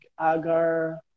Agar